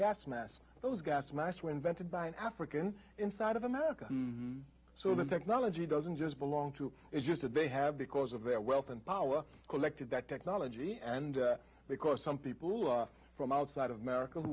gas masks those gas masks were invented by an african inside of america so the technology doesn't just belong to it's just that they have because of their wealth and power collected that technology and because some people from outside of america